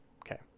Okay